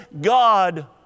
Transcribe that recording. God